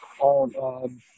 on